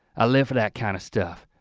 i live for that kind of stuff.